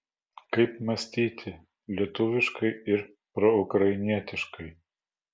kaip mąstyti lietuviškai ir proukrainietiškai